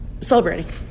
celebrating